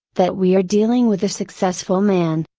that we are dealing with a successful man.